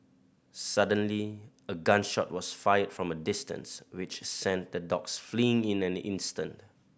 suddenly a gun shot was fired from a distance which sent the dogs fleeing in an instant